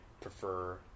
prefer